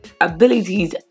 abilities